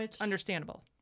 understandable